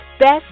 Best